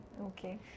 Okay